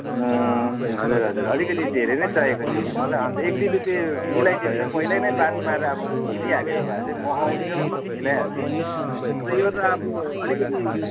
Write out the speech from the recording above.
हजुर हजुर अलिकति धेरै नै चाहिएको थियो कि मलाई अन्त एक दुई रुप्पे मिलाइदियो भने चाहिँ पहिला नै बात मारेर मिलिहालेको भए चाहिँ म आउँथेँ हो मिलाइहाल्थेँ अन्त यो त अब अलिकति